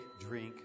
drink